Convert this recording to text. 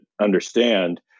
understand